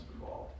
involved